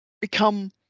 become